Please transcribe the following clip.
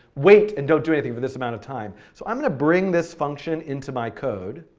wait and don't do anything for this amount of time. so i'm going to bring this function into my code.